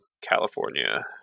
California